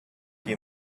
you